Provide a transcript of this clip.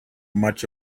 much